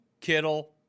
Kittle